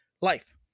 life